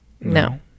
No